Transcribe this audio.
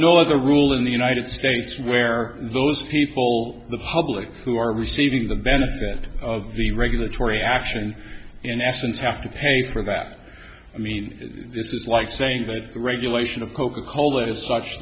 no other rule in the united states where those people the public who are receiving the benefit of the regulatory action in essence have to pay for that i mean this is like saying that the regulation of coca cola is such